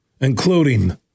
including